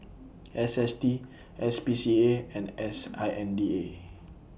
S S T S P C A and S I N D A